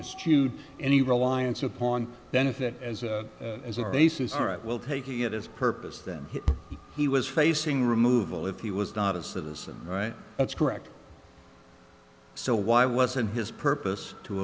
jude any reliance upon benefit as a as a basis all right well taking it as purpose then he was facing removal if he was not a citizen right that's correct so why wasn't his purpose to